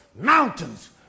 mountains